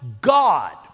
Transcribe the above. God